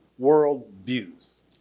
worldviews